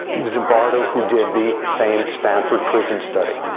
zimbardo, who did the famed stanford prison study.